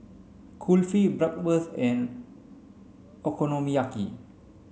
Kulfi Bratwurst and Okonomiyaki